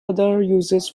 uses